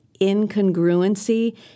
incongruency